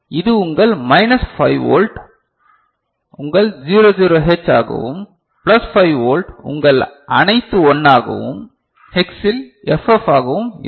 இது உங்கள் minus 5 volt உங்கள் 00H ஆகவும் பிளஸ் 5 வோல்ட் உங்கள் அணைத்து 1 ஆகவும் ஹெக்ஸில் FF ஆகவும் இருக்கும்